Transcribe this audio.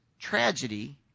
tragedy